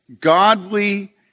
godly